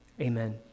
Amen